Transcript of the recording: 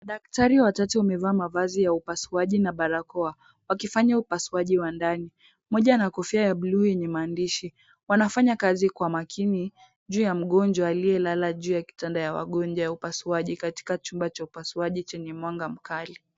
Daktari watatu wamevaa mavazi ya upasuaji na barakoa, wakifanya upasuaji wa ndani, mmoja ana kofia ya bluu yenye maandishi, wanafanya kazi kwa makini juu ya mgonjwa aliyelala juu ya kitanda ya wagonjwa ya upasuaji katika chumba cha upasuaji chenye mwanga mkali.